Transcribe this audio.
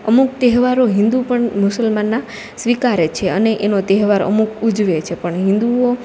અમુક તહેવારો હિન્દુ પણ મુસલમાનના સ્વીકારે છે અને એનો તહેવાર અમુક ઉજવે છે પણ હિન્દુઓ